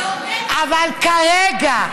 אבל כרגע,